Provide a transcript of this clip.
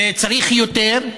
וצריך יותר,